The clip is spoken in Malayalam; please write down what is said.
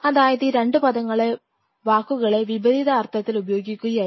അതായത് ഈ രണ്ടു പദങ്ങളെ വാക്കുകളെ വിപരീത അർത്ഥത്തിൽ ഉപയോഗിക്കുകയായിരുന്നു